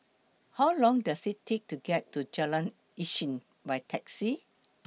How Long Does IT Take to get to Jalan Isnin By Taxi